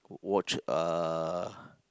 watch uh